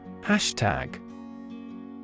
Hashtag